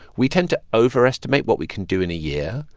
we tend to overestimate what we can do in a year,